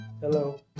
Hello